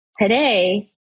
today